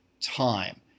time